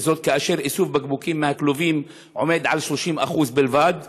כאשר איסוף בקבוקים מהכלובים עומד על 30% בלבד,